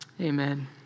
Amen